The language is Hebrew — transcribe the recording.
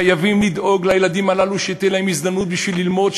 חייבים לדאוג לילדים הללו שתהיה להם הזדמנות בשביל ללמוד,